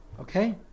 okay